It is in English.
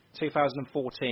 2014